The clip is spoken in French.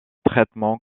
traitement